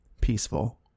peaceful